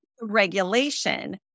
Regulation